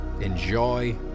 Enjoy